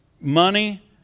money